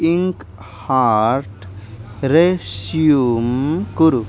ink हार्ट् resume कुरु